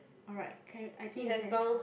alright can I think we can